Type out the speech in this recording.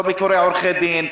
לא ביקורי עורכי דין,